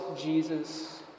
Jesus